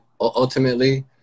ultimately